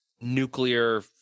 nuclear